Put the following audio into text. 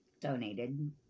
donated